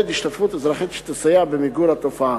השתתפות אזרחית שתסייע במיגור התופעה.